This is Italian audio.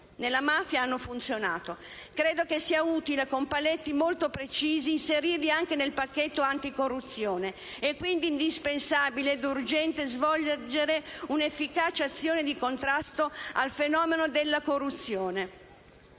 Nella mafia hanno funzionato. Credo sia utile con paletti molto precisi inserirli anche nel pacchetto anticorruzione». È quindi indispensabile ed urgente svolgere un'efficace azione di contrasto al fenomeno della corruzione.